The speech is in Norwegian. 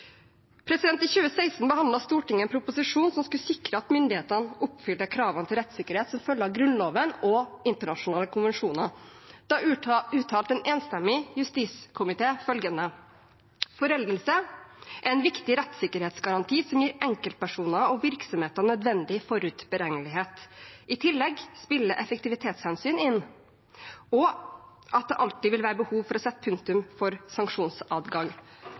I 2016 behandlet Stortinget en proposisjon som skulle sikre at myndighetene oppfyller kravene til rettssikkerhet som følge av Grunnloven og internasjonale konvensjoner. Da uttalte en enstemmig justiskomité følgende: «Foreldelse er en viktig rettssikkerhetsgaranti som gir enkeltpersoner og virksomheter nødvendig forutberegnelighet. I tillegg spiller effektivitetshensyn inn, og at det alltid vil være behov for å sette punktum for sanksjonsadgang.»